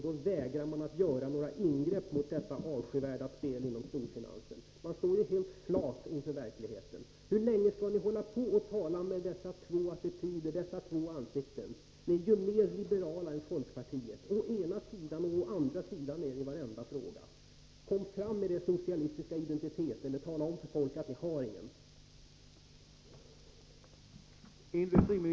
Då vägrar de att göra några ingrepp mot detta avskyvärda spel inom storfinansen. De står helt flata inför verkligheten. Hur länge skall ni hålla er med dessa två attityder, visa upp dessa två ansikten? Ni är ju mer liberala än folkpartiet! Å ena sidan, å andra sidan — så heter det i varenda fråga. Kom fram med er socialistiska identitet, eller tala om för folket att ni inte har någon!